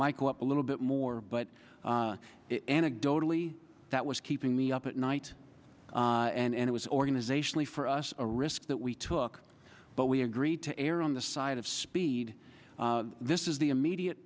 michael up a little bit more but anecdotally that was keeping me up at night and it was organizationally for us a risk that we took but we agreed to err on the side of speed this is the immediate